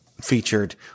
featured